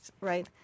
Right